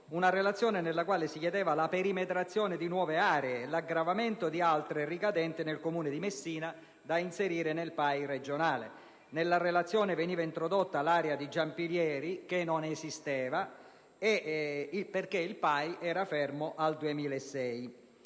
una relazione nella quale si chiedeva la perimetrazione di nuove aree e l'aggravamento di altre ricadenti nel Comune di Messina da inserire nel PAI regionale. Nella relazione veniva introdotta l'area di Giampilieri Superiore, che non era prevista perché il PAI era fermo al 2006.